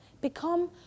Become